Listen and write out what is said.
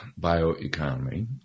bioeconomy